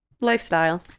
Lifestyle